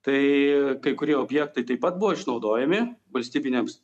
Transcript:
tai kai kurie objektai taip pat buvo išnaudojami valstybiniams